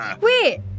Wait